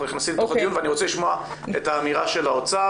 אנחנו נכנסים לתוך הדיון ואני רוצה לשמוע את האמירה של האוצר,